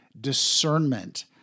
discernment